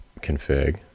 config